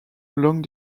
long